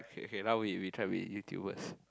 okay okay now we try to be YouTubers